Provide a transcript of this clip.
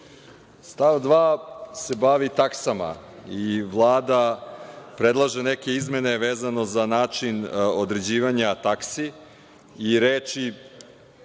Stav 2. se bavi taksama i Vlada predlaže neke izmene vezano za način određivanja taksi. Reči,